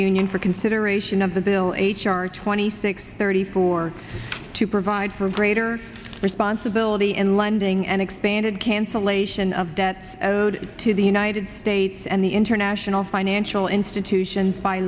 union for consideration of the bill h r twenty six thirty four to provide for greater responsibility in lending and expanded cancellation of debt owed to the united states and the international financial institutions by